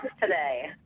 today